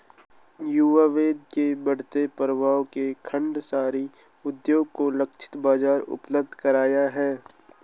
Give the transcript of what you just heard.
आयुर्वेद के बढ़ते प्रभाव ने खांडसारी उद्योग को लक्षित बाजार उपलब्ध कराया है